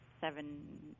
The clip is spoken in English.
seven